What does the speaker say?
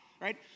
Right